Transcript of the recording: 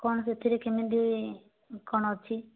କଣ ସେଥିରେ କେମିତି କଣ ଅଛି